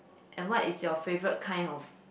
and what is your favorite kind of